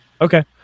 Okay